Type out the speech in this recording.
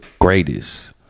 greatest